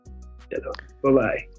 Bye-bye